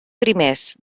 primers